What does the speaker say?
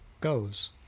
goes